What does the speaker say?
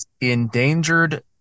Endangered